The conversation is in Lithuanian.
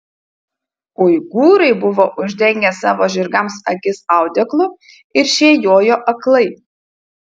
uigūrai buvo uždengę savo žirgams akis audeklu ir šie jojo aklai